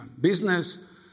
business